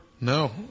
No